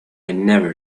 never